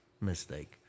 mistake